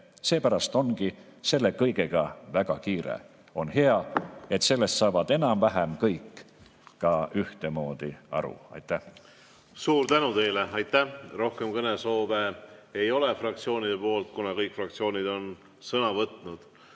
Seepärast ongi selle kõigega väga kiire. On hea, et sellest saavad enam-vähem kõik ka ühtemoodi aru. Aitäh! Aitäh! Rohkem kõnesoove fraktsioonidel ei ole, kõik fraktsioonid on sõna võtnud.